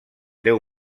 deu